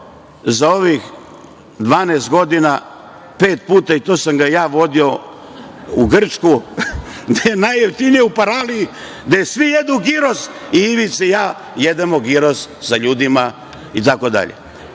za ovih 12 godina pet puta i to sam ga ja vodio u Grčku, i to tamo gde je najjeftinije, u Paraliji, gde svi jedu giros i Ivica i ja jedemo giros sa ljudima. Dok nije